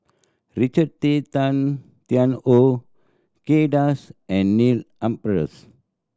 Richard Tay Tan Tian Hoe Kay Das and Neil Humphreys